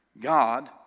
God